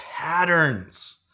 patterns